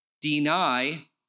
deny